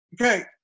Okay